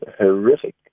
horrific